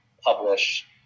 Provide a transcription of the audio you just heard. publish